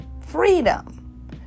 freedom